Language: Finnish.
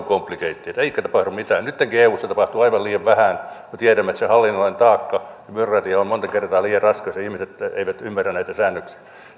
complicated eikä tapahdu mitään nyttenkin eussa tapahtuu aivan liian vähän me tiedämme että se hallinnollinen taakka ja byrokratia on monta kertaa liian raskas ja ihmiset eivät ymmärrä näitä säännöksiä